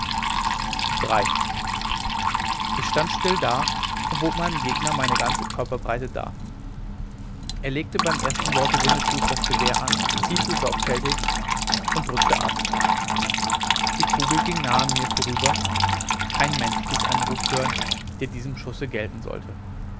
drei ich stand still da und bot meinem gegner meine ganze körperbreite dar er legte gleich beim ersten worte winnetous das gewehr an zielte sorgfältig und drückte ab die kugel ging nahe an mir vorüber kein mensch ließ einen ruf hören der diesem schusse gelten sollte